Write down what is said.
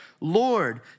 Lord